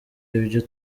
ibyo